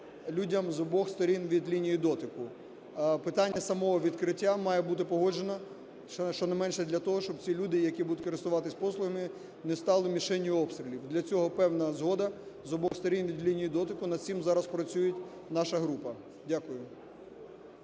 людям з обох сторін від лінії дотику. Питання самого відкриття має бути погоджено щонайменше для того, щоб ці люди, які будуть користуватися послугами, не стали мішенню обстрілів. Для цього певна згода з обох сторін від лінії дотику, над цим зараз працює наша група. Дякую.